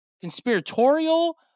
conspiratorial